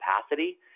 capacity